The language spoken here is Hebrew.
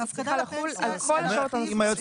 צריכה לחול על כל השעות הנוספות.